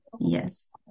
yes